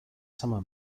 summer